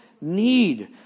need